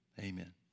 amen